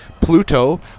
pluto